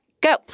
go